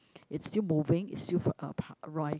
it's still moving it's still for uh